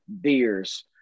beers